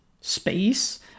space